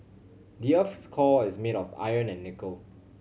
the earth's core is made of iron and nickel